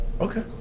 okay